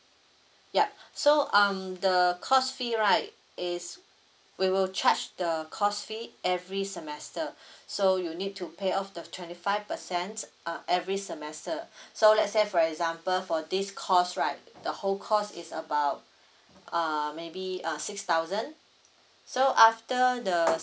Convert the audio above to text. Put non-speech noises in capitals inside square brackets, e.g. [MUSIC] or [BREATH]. ya [BREATH] so um the course fee right is we will charge the course fee every semester [BREATH] so you need to pay off the twenty five percent uh every semester [BREATH] so let's say for example for this course right the whole course is about uh maybe uh six thousand so after the